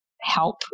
help